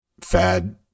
fad